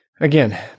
Again